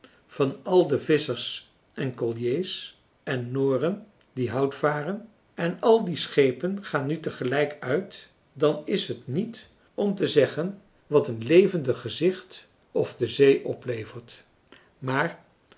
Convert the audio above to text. van al de visschers en colliers en noren die hout varen en al die schepen gaan nu tegelijk uit dan is het niet om te zeggen wat een levendig gezicht of de zee oplevert maar